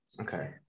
Okay